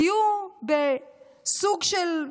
תהיו בסוג של,